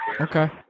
okay